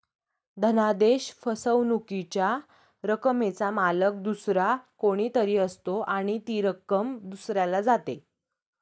धनादेश फसवणुकीच्या रकमेचा मालक दुसरा कोणी तरी असतो आणि ती रक्कम दुसऱ्याला जाते